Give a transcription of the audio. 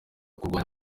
kurwanya